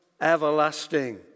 everlasting